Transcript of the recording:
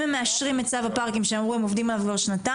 אם הם מאשרים את צו הפארקים שהם אמרו שהם עובדים עליו כבר שנתיים,